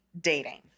dating